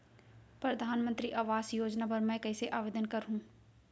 परधानमंतरी आवास योजना बर मैं कइसे आवेदन करहूँ?